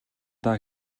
даа